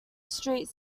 street